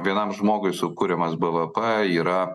vienam žmogui sukuriamas bvp yra